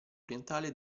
orientale